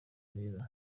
rero